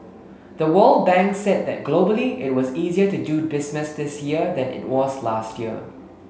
the World Bank said that globally it was easier to do business this year than it was last year